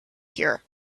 here